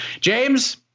James